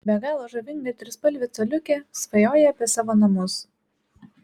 be galo žavinga trispalvė coliukė svajoja apie savo namus